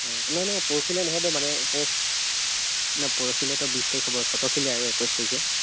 অঁ নহয় নহয় পৰহিলৈ নহ'ব নহয় পৰহিলৈতো বিছ তাৰিখ চতহিলৈ আৰু বিছ তাৰিখে